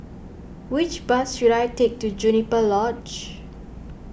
which bus should I take to Juniper Lodge